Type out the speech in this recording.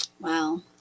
Wow